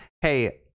hey